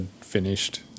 finished